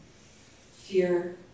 Fear